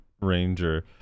ranger